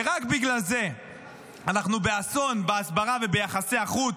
ורק בגלל זה אנחנו באסון בהסברה וביחסי החוץ,